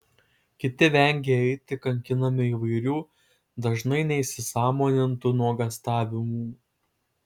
kiti vengia eiti kankinami įvairių dažnai neįsisąmonintų nuogąstavimų